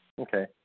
Okay